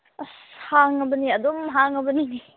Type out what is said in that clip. ꯑꯁ ꯍꯥꯡꯉꯕꯅꯤ ꯑꯗꯨꯝ ꯍꯥꯡꯉꯥꯕꯅꯤ